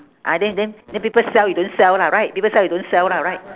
ah then then then people sell you don't sell lah right people sell you don't sell lah right